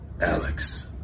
Alex